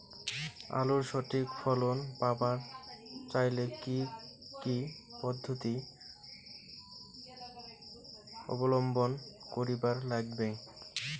আলুর সঠিক ফলন পাবার চাইলে কি কি পদ্ধতি অবলম্বন করিবার লাগবে?